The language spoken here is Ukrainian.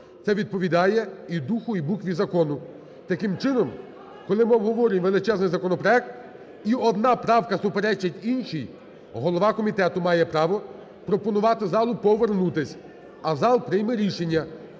Це відповідає і духу і букві закону. Таким чином, коли ми обговорюємо величезний законопроект і одна правка суперечить іншій, голова комітету має право пропонувати залу повернутись, а зал прийме рішення.